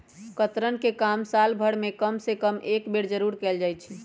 कतरन के काम साल भर में कम से कम एक बेर जरूर कयल जाई छै